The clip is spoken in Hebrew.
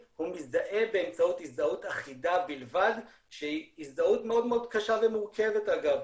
הוא מזדהה באמצעות הזדהות אחידה בלבד שהיא הזדהות מאוד קשה ומורכבת אגב,